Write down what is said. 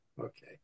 Okay